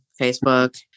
Facebook